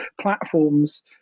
platforms